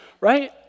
right